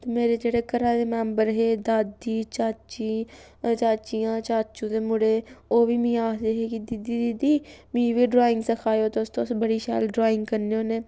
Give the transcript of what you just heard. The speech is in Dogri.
मेरे जेह्ड़े घरा दे मैंबर हे दादी चाची चाचियां चाचू दे मुड़े ओह् बी मी आखदे हे दीदी दीदी मी बी ड्राईंग सखाएओ तुस तुस बड़ी शैल ड्राइंग करने होन्नें